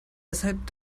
weshalb